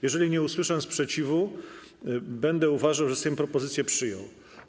Jeżeli nie usłyszę sprzeciwu, będę uważał, że Sejm propozycje przyjął.